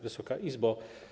Wysoka Izbo!